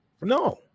No